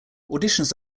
auditions